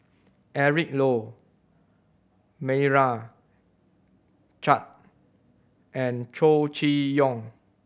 Eric Low Meira Chand and Chow Chee Yong